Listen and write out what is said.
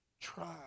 try